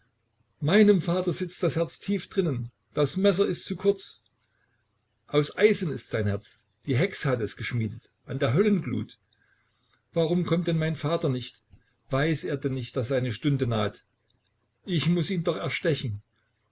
meinem vater sitzt das herz tief drinnen das messer ist zu kurz aus eisen ist sein herz die hexe hat es geschmiedet an der höllenglut warum kommt denn mein vater nicht weiß er denn nicht daß seine stunde naht ich muß ihn doch erstechen